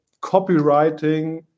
copywriting